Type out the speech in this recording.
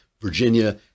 Virginia